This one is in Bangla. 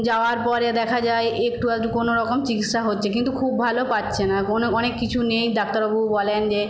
যাওয়ার পরে দেখা যায় একটু আধটু কোনো রকম চিকিৎসা হচ্ছে কিন্তু খুব ভালো পাচ্ছে না ওখানে অনেক কিছু নেই ডাক্তারবাবু বলেন যে